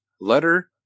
Letter